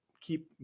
keep